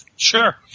Sure